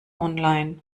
online